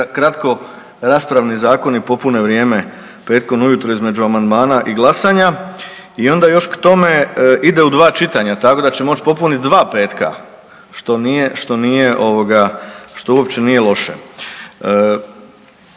kratkoraspravni zakoni popune vrijeme petkom ujutro između amandmana i glasanja i onda još k tome ide u dva čitanja tako da će moći popuniti dva petka što nije, što